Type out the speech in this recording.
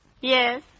Yes